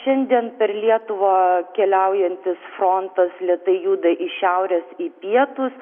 šiandien per lietuvą keliaujantis frontas lėtai juda iš šiaurės į pietus